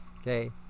Okay